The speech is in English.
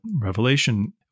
revelation